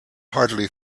hardly